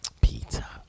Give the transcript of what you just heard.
Pizza